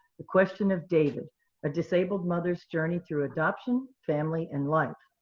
the question of david a disabled mother's journey through adoption, family, and life.